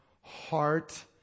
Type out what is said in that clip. heart